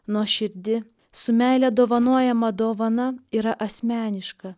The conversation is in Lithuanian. nuoširdi su meile dovanojama dovana yra asmeniška